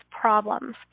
problems